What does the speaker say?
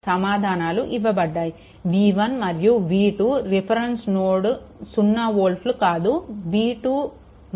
సమాధానాలు ఇవ్వబడ్డాయి v1 మరియు v2 రిఫరెన్స్ నోడ్ 0 వోల్ట్లు కాదు v2 72